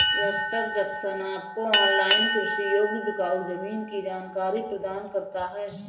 tractor junction आपको online कृषि योग्य बिकाऊ जमीन की जानकारी प्रदान करता है